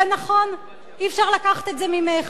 זה נכון, אי-אפשר לקחת את זה ממך.